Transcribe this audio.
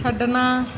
ਛੱਡਣਾ